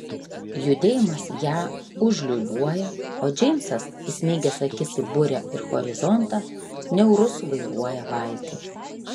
judėjimas ją užliūliuoja o džeimsas įsmeigęs akis į burę ir horizontą niaurus vairuoja valtį